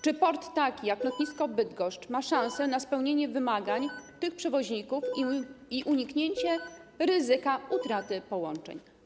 Czy port taki jak lotnisko Bydgoszcz ma szansę na spełnienie wymagań tych przewoźników i uniknięcie ryzyka utraty połączeń?